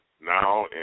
now